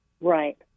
Right